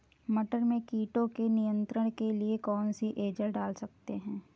मटर में कीटों के नियंत्रण के लिए कौन सी एजल डाल सकते हैं?